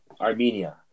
Armenia